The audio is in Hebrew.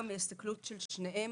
מהסתכלות על שניהם